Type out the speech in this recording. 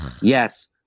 yes